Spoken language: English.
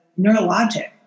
neurologic